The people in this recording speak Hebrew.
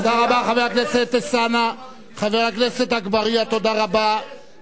ויש בעזה שלטון שאומר במפורש